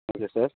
okay sir